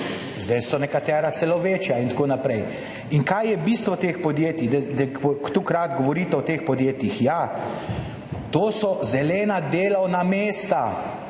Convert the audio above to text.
zdaj so nekatera celo večja in tako naprej. In kaj je bistvo teh podjetij, da tako radi govorite o teh podjetjih? To so zelena delovna mesta,